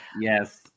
yes